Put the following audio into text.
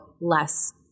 less